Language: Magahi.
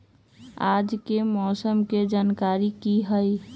आज के मौसम के जानकारी कि हई?